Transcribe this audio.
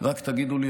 רק תגידו לי.